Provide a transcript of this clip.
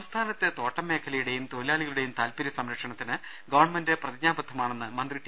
സംസ്ഥാനത്തെ തോട്ടം മേഖലയുടെയും തൊഴിലാളികളുടെയും താൽപര്യ സംരക്ഷണത്തിന് ഗവൺമെന്റ് പ്രതിജ്ഞാബദ്ധമാണെന്ന് മന്ത്രി ടി